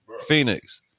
Phoenix